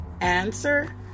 answer